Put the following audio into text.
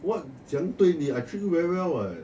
what 这样对你 I treat you very well what